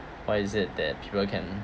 why is it that people can